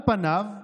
על פניו,